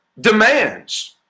demands